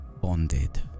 Bonded